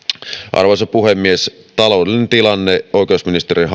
arvoisa puhemies taloudellinen tilanne oikeusministeriön